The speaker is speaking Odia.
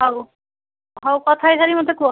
ହଉ ହଉ କଥା ହେଇସାରିକି ମୋତେ କୁହ